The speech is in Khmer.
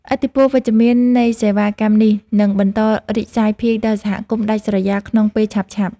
ឥទ្ធិពលវិជ្ជមាននៃសេវាកម្មនេះ នឹងបន្តរីកសាយភាយដល់សហគមន៍ដាច់ស្រយាលក្នុងពេលឆាប់ៗ។